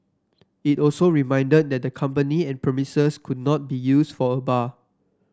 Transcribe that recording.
it also reminded the company and premises could not be used for a bar